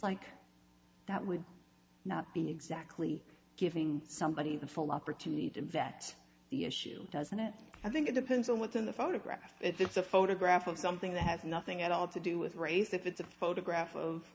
like that would not be exactly giving somebody the full opportunity to vet the issue doesn't it i think it depends on what's in the photograph it's a photograph of something that has nothing at all to do with race if it's a photograph of